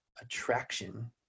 attraction